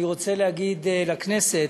אני רוצה להגיד לכנסת: